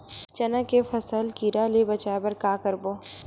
चना के फसल कीरा ले बचाय बर का करबो?